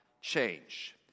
change